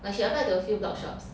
but she applied to a few blogshops